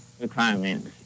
requirements